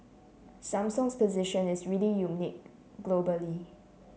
Samsung's position is really unique globally